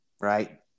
right